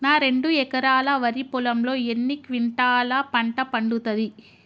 నా రెండు ఎకరాల వరి పొలంలో ఎన్ని క్వింటాలా పంట పండుతది?